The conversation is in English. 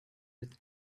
with